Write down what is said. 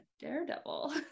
daredevil